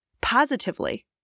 positively